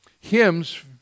hymns